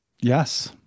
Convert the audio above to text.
Yes